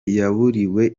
yaburiwe